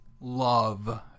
love